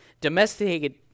Domesticated